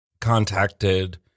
contacted